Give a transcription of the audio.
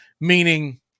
meaning